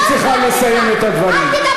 יואל, היא צריכה לסיים את הדברים.